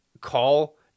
call